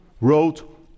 wrote